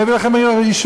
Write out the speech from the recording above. אני אביא לכם אישור.